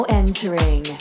entering